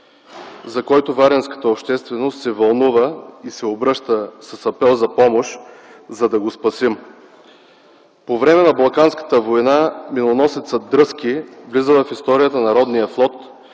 за който варненската общественост се вълнува и се обръща с апел за помощ, за да го спасим. По време на Балканската война миноносецът „Дръзки” влиза в историята на родния флот,